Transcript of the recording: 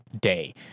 day